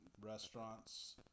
Restaurants